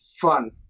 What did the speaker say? fun